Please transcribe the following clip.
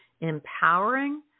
empowering